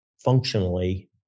functionally